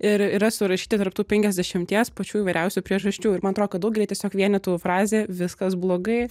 ir yra surašyti tarp tų penkiasdešimties pačių įvairiausių priežasčių ir man atro kad daugelį tiesiog vienytų frazė viskas blogai